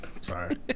Sorry